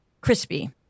crispy